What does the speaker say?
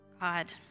God